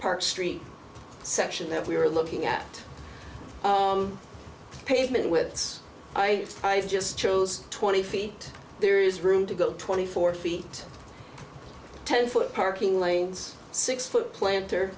park street section that we were looking at pavement with its i just chose twenty feet there is room to go twenty four feet ten foot parking lanes six foot plant